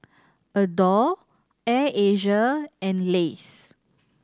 Adore Air Asia and Lays